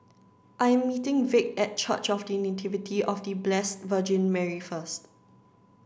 I am meeting Vic at Church of The Nativity of The Blessed Virgin Mary first